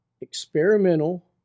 experimental